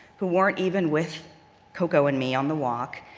who weren't even with coco and me on the walk,